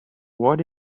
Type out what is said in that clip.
what